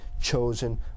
chosen